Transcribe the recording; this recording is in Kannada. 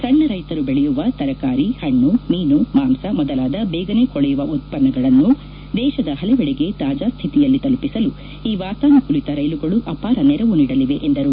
ಸಣ್ಣ ರೈತರು ಬೆಳೆಯುವ ತರಕಾರಿ ಹಣ್ಣು ಮೀನು ಮಾಂಸ ಮೊದಲಾದ ಬೇಗನೆ ಕೊಳೆಯುವ ಉತ್ಪನ್ನಗಳನ್ನು ದೇಶದ ಹಲವೆಡೆಗೆ ತಾಜಾ ಸ್ಥಿತಿಯಲ್ಲಿ ತಲುಪಿಸಲು ಈ ವಾತಾನುಕೂಲಿತ ರೈಲುಗಳು ಅಪಾರ ನೆರವು ನೀಡಲಿವೆ ಎಂದರು